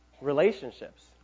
relationships